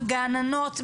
בגננות,